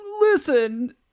listen